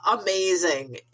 amazing